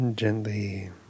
Gently